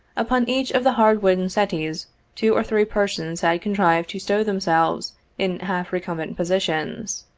upon each of the hard wooden settees two or three persons had contrived to stow them selves in half recumbent positions,